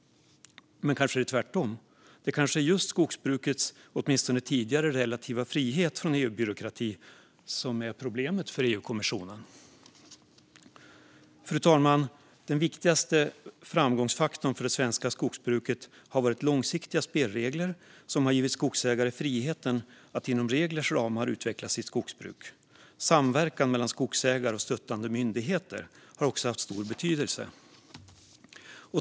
Men kanske är det tvärtom just skogsbrukets relativa frihet, åtminstone tidigare, från EU-byråkrati som är problemet för EU-kommissionen. Fru talman! Den viktigaste framgångsfaktorn för det svenska skogsbruket har varit långsiktiga spelregler som har givit skogsägare frihet att inom reglernas ramar utveckla sitt skogsbruk. Samverkan mellan skogsägare och stöttande myndigheter har också haft stor betydelse.